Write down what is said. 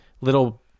little